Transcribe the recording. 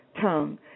tongue